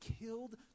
killed